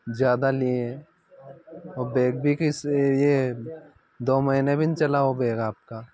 ज़्यादा लिए और बैग भी किस यह दो महीने भी नहीं चला वह बैग आपका